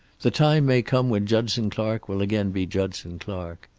the time may come when judson clark will again be judson clark.